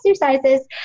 exercises